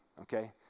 Okay